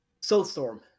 Soulstorm